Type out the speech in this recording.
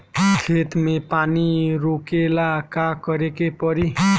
खेत मे पानी रोकेला का करे के परी?